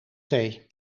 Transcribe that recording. thee